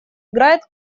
играет